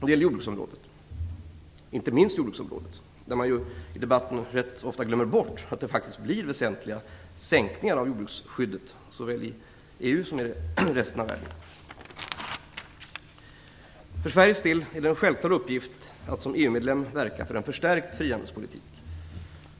Det gäller inte minst också på jordbruksområdet, där man i debatten ofta glömmer bort att det blir väsentliga minskningar av jordbruksskyddet, såväl i EU som i resten av världen. För Sveriges del är det en självklar uppgift att som EU-medlem verka för en förstärkt frihandelspolitik.